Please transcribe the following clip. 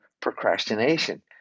procrastination